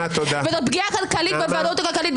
זאת פגיעה כלכלית בוודאות הכלכלית,